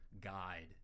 guide